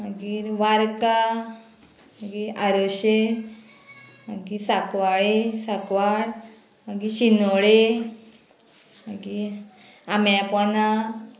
मागीर वारका मागीर आरोशें मागीर साकवाळी साकवाळ मागीर शिनोळे मागी आम्या पोना